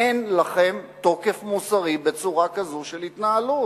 אין לכם תוקף מוסרי בצורה כזאת של התנהלות.